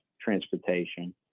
transportation